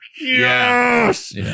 yes